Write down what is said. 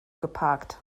geparkt